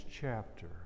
chapter